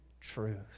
truth